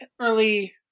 early